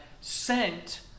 sent